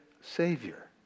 Savior